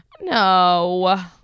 no